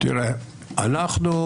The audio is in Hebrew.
בתנאים נכונים ובמבנה נכון,